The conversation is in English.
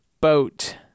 boat